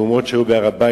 לפני המהומות שהיו בהר-הבית,